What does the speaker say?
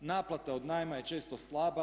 Naplata od najma je često slaba.